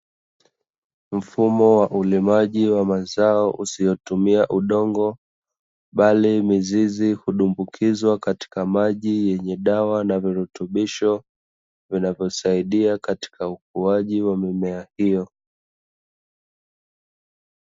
Mfumo wa ulimaji wa mazao usiotumia udongo bali mizizi, kudumbukizwa katika maji yenye dawa na virutubisho vinavyosaidia katika ukuaji wa mimea hiyo.